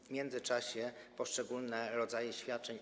W międzyczasie poszczególne rodzaje świadczeń.